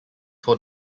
hold